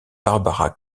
barbara